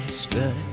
stay